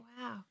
Wow